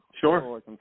Sure